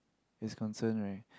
is concern right